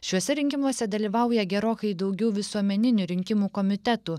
šiuose rinkimuose dalyvauja gerokai daugiau visuomeninių rinkimų komitetų